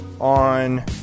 On